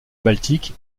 baltique